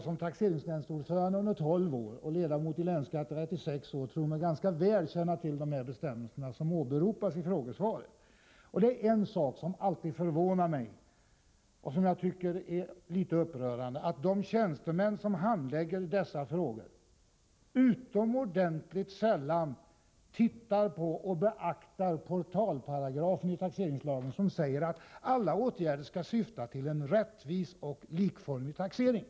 Som taxeringsnämndsordförande under 12 år och ledamot i länsskatterätt i sex år tror jag mig ganska väl känna till de bestämmelser som åberopas i frågesvaret. Men det är en sak som alltid förvånar mig och som är litet upprörande. De tjänstemän som handlägger dessa frågor beaktar utomordentligt sällan portalparagrafen i taxeringslagen, som säger att alla åtgärder skall syfta till en rättvis och likformig taxering.